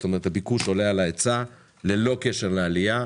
זאת אומרת הביקוש עולה על ההיצע ללא קשר לעלייה,